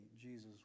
Jesus